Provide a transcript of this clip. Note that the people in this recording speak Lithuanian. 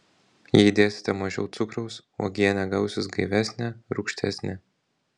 jei dėsite mažiau cukraus uogienė gausis gaivesnė rūgštesnė